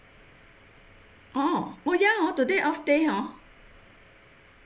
orh oh ya hor today off day hor